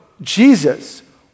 Jesus